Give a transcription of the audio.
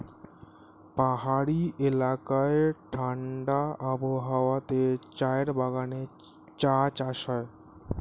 পাহাড়ি এলাকায় ঠাণ্ডা আবহাওয়াতে চায়ের বাগানে চা চাষ হয়